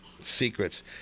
secrets